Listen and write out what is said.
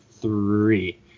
three